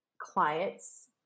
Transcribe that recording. clients